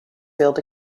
field